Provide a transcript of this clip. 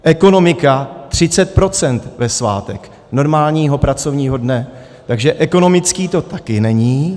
Ekonomika 30 % ve svátek normálního pracovního dne, takže ekonomické to také není.